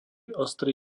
ostrý